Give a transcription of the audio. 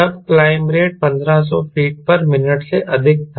तब climb rate 1500 feet minute से अधिक था